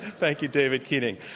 thank you, david keating.